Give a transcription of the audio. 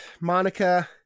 Monica